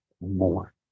more